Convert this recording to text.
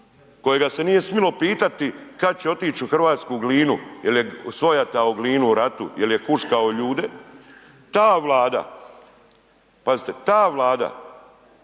kojega se nije smilo pitati kad će otić u hrvatsku Glinu jel je svojatao Glinu u ratu, jel je huškao ljude, ta Vlada, pazite ta Vlada